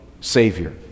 Savior